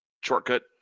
shortcut